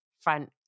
front